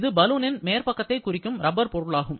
இது பலூனின் மேற் பக்கத்தை குறிக்கும் ரப்பர் பொருளாகும்